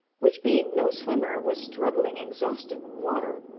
which, being no swimmer, was struggling exhausted in the water,